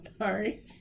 Sorry